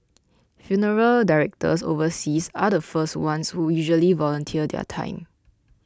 funeral directors overseas are the first ones who usually volunteer their time